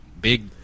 big